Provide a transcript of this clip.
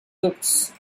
books